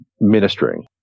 ministering